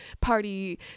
party